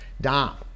Dom